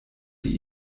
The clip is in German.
sie